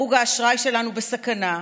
דירוג האשראי שלנו בסכנה,